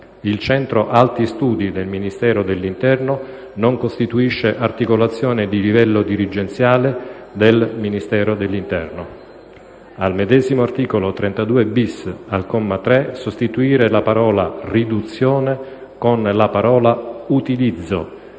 Il Centro Alti Studi del Ministero dell'interno non costituisce articolazione di livello dirigenziale del Ministero dell'interno."; - al medesimo articolo 32-*bis*, al comma 3, sostituire la parola "riduzione" con la parola "utilizzo"